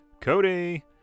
Cody